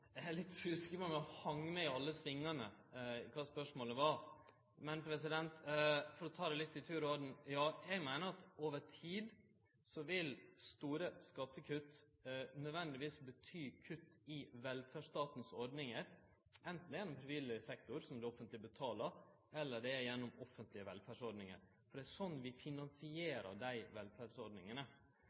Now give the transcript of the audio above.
For å ta det litt i tur og orden: Ja, eg meiner at over tid vil store skattekutt nødvendigvis bety kutt i velferdsstaten sine ordningar, anten det er gjennom frivillig sektor som det offentlege betalar, eller det er gjennom offentlege velferdsordningar. Det er slik vi finansierer dei velferdsordningane.